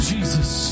Jesus